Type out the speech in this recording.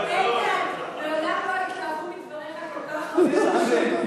איתן, מעולם לא התלהבו מדבריך כל כך הרבה אנשים.